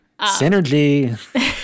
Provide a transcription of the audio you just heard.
Synergy